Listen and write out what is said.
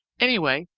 anyway,